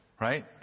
right